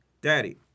Daddy